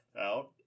out